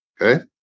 Okay